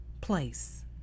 place